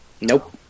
Nope